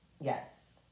Yes